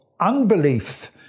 unbelief